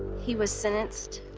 he was sentenced